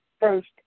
First